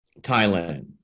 Thailand